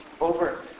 over